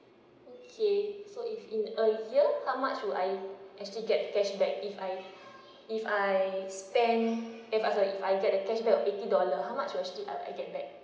okay so if in a year how much would I actually get cashback if I if I spend eh ah sorry if I get the cashback of eighty dollar how much do I actually uh get that